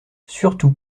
surtout